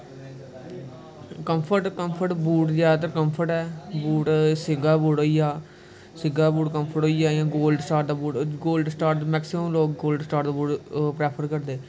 comfort boot दी आदत boot Sega दा बूट होई गेआ सेगा दा बूट कम्फट होई गेआ जां गोल्ड स्टार दा बूट गोल्ड स्टार दे बूट मैक्सीमम गोल्ड स्टार दा बूट प्रफैर करदे